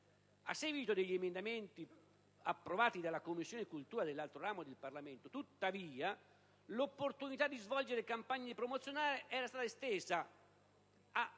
A seguito degli emendamenti approvati dalla Commissione cultura dell'altro ramo del Parlamento, tuttavia, l'opportunità di svolgere campagne promozionali è stata estesa